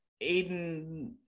Aiden